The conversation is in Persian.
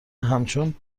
همچون